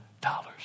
dollars